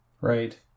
Right